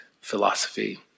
philosophy